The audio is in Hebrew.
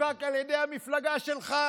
חוקק על ידי המפלגה שלך,